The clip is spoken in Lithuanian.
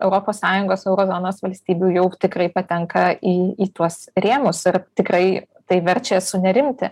europos sąjungos euro zonos valstybių jau tikrai patenka į į tuos rėmus ir tikrai tai verčia sunerimti